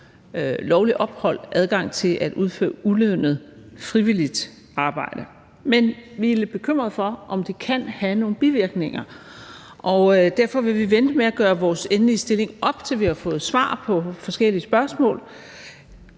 lovligt ophold adgang til at udføre ulønnet frivilligt arbejde, men vi er lidt bekymrede for, om det kan have nogle bivirkninger. Derfor vil vi vente med at gøre vores endelige stilling op, til vi har fået svar på forskellige spørgsmål: